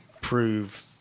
prove